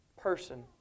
person